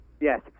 Yes